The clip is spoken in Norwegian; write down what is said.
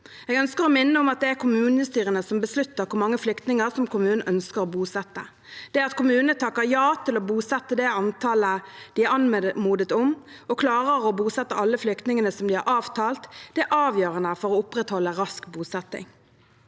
Jeg ønsker å minne om at det er kommunestyrene som beslutter hvor mange flyktninger kommunen ønsker å bosette. Det at kommunene takker ja til å bosette det antallet de er anmodet om, og klarer å bosette alle flyktningene de har avtalt, er avgjørende for å opprettholde rask bosetting.